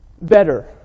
better